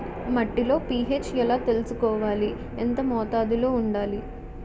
మట్టిలో పీ.హెచ్ ఎలా తెలుసుకోవాలి? ఎంత మోతాదులో వుండాలి?